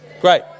Great